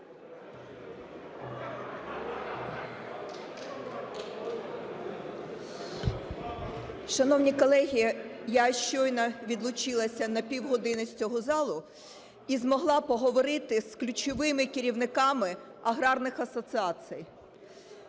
Шановні колеги, я щойно відлучилася на півгодини з цього залу і змогла поговорити з ключовими керівниками аграрних асоціацій.